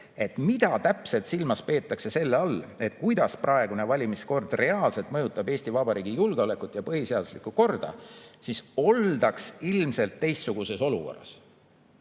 mida täpselt peetakse silmas selle all, et kuidas praegune valimiskord reaalselt mõjutab Eesti Vabariigi julgeolekut ja põhiseaduslikku korda, siis oldaks ilmselt teistsuguses olukorras.